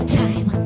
time